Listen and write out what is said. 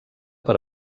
per